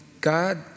God